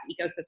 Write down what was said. ecosystem